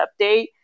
update